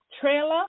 trailer